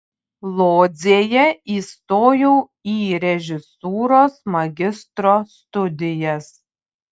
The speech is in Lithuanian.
lodzėje įstojau į režisūros magistro studijas